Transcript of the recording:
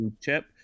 chip